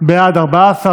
ועדות הכנסת (תיקוני חקיקה והוראת שעה),